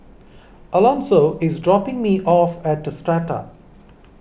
Alonso is dropping me off at Strata